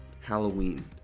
Halloween